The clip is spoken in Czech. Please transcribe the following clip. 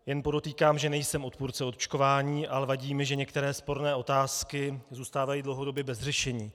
Jen podotýkám, že nejsem odpůrce očkování, ale vadí mi, že některé sporné otázky zůstávají dlouhodobě bez řešení.